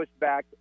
pushback